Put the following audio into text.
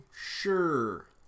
Sure